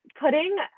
putting